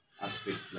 aspects